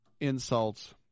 insults